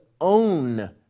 own